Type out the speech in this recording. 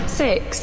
six